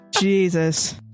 Jesus